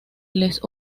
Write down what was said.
les